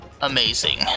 amazing